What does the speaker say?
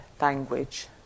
language